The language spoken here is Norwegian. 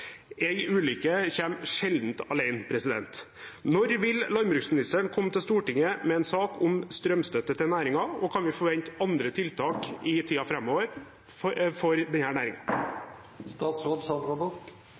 ulykke kommer sjelden alene. Når vil landbruksministeren komme til Stortinget med en sak om strømstøtte til næringen? Kan vi forvente andre tiltak i tiden framover for denne næringen? Takk for